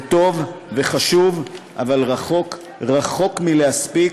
זה טוב וחשוב, אבל רחוק, רחוק מלהספיק,